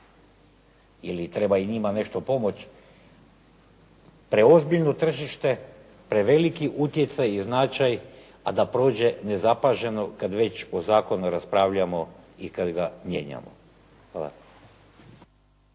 ili treba i njima nešto pomoći. Preozbiljno tržište, preveliki utjecaj i značaj a da prođe nezapaženo kad već o zakonu raspravljamo i kad ga mijenjamo. Hvala.